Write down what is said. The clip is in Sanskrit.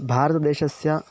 भारतदेशस्य